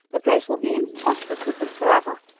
the place will be infested with them forever.